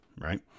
Right